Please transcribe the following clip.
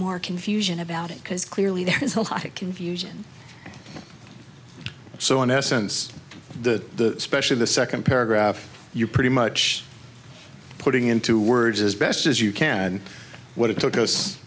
more confusion about it because clearly there is confusion so in essence the specially the second paragraph you're pretty much putting into words as best as you can add what it took us